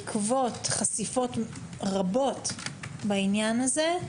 בעקבות חשיפות רבות בעניין הזה,